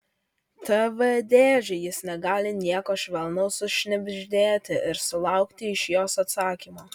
tv dėžei jis negali nieko švelnaus sušnibždėti ir sulaukti iš jos atsakymo